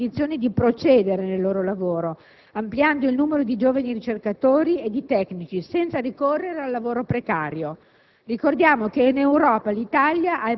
Gli enti di ricerca devono essere messi nelle condizioni di procedere nel loro lavoro, ampliando il numero di giovani ricercatori e di tecnici, senza ricorrere al lavoro precario.